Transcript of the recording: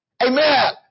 Amen